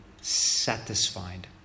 satisfied